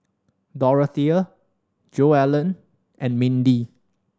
Dorothea Joellen and Mindi